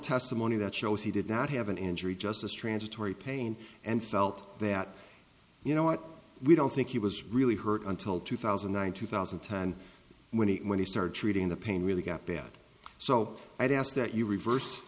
testimony that shows he did not have an injury just as transitory pain and felt that you know what we don't think he was really hurt until two thousand and one two thousand and ten when he when he started treating the pain really got bad so i ask that you reverse